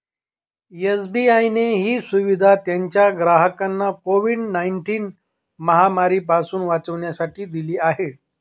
SBI ने ही सुविधा त्याच्या ग्राहकांना कोविड नाईनटिन महामारी पासून वाचण्यासाठी दिली आहे